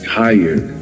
tired